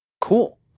Cool